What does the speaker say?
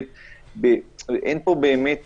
אין פה באמת